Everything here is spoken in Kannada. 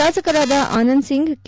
ಶಾಸಕರಾದ ಆನಂದ್ ಸಿಂಗ್ ಕೆ